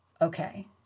Okay